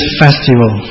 festival